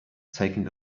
taking